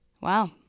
Wow